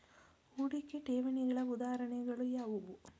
ಹೂಡಿಕೆ ಠೇವಣಿಗಳ ಉದಾಹರಣೆಗಳು ಯಾವುವು?